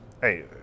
Hey